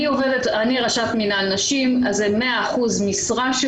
אני ראשת מינהל נשים אז זה 100% משרה.